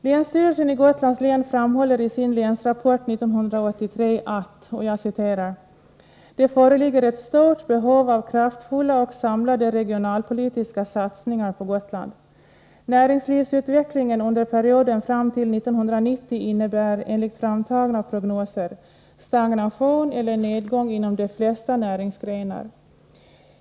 Länsstyrelsen i Gotlands län framhåller i sin Länsrapport 1983 att ”det föreligger ett stort behov av kraftfulla och samlade regionalpolitiska satsningar på Gotland. Näringslivsutvecklingen under perioden fram till 1990 innebär, enligt framtagna prognoser, stagnation eller nedgång inom de flesta näringsgrenar.